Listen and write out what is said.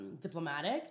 diplomatic